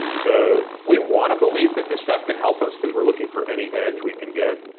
so we wanna believe that this stuff can help us, cause we're looking for any edge we can get.